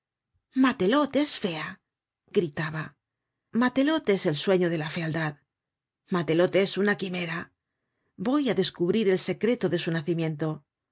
carcajadas matelotees fea gritaba matelote es el sueño de la fealdad matelote es una quimera voy á descubrir el secreto de su nacimiento